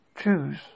choose